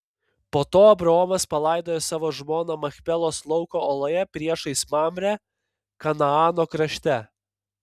po to abraomas palaidojo savo žmoną machpelos lauko oloje priešais mamrę kanaano krašte